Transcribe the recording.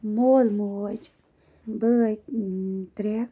مول موج بٲے ترےٚ